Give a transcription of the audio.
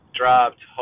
dropped